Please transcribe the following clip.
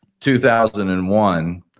2001